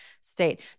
state